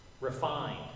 refined